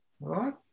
Right